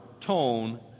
tone